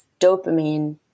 dopamine